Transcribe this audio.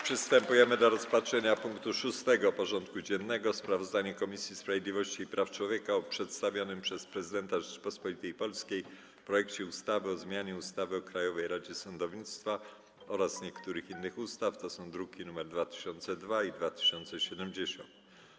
Przystępujemy do rozpatrzenia punktu 6. porządku dziennego: Sprawozdanie Komisji Sprawiedliwości i Praw Człowieka o przedstawionym przez Prezydenta Rzeczypospolitej Polskiej projekcie ustawy o zmianie ustawy o Krajowej Radzie Sądownictwa oraz niektórych innych ustaw (druki nr 2002 i 2070)